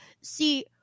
See